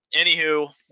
Anywho